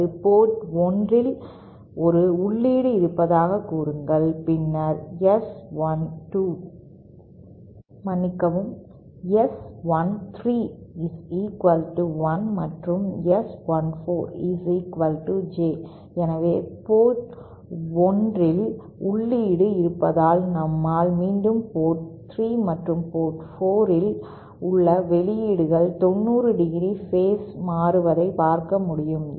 அல்லது போர்ட் 1 இல் ஒரு உள்ளீடு இருப்பதாகக் கூறுங்கள் பின்னர் S131 மற்றும் S 14 J எனவே போர்ட் 1 இல் உள்ளீடு இருந்தால் நம்மால் மீண்டும் போர்ட் 3 மற்றும் போர்ட் 4 இல் உள்ள வெளியீடுகள் 90° பேஸ் மாறுவதை பார்க்க முடியும்